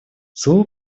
слово